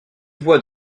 voies